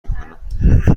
میکنم